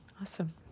Awesome